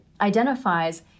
identifies